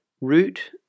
root